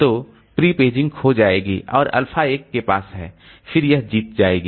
तो pre paging खो जाएगी और अल्फा एक के पास है फिर यह जीत जाएगी